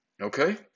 Okay